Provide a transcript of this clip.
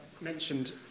mentioned